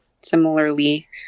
similarly